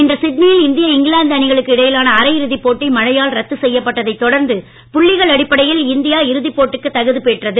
இன்று சிட்னியில் இந்திய இங்கிலாந்து அணிகளுக்கு இடையிலான அரை இறுதிப் போட்டி மழையால் ரத்து செய்யப்பட்டதைத் தொடர்ந்து புள்ளிகள் அடிப்படையில் இந்தியா இறுதி போட்டிக்கு தகுதி பெற்றது